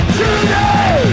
today